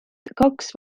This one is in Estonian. kaks